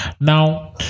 Now